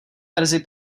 verzi